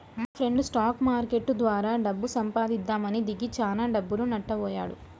మాఫ్రెండు stock market ద్వారా డబ్బు సంపాదిద్దామని దిగి చానా డబ్బులు నట్టబొయ్యాడు